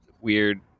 weird